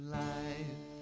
life